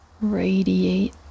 radiate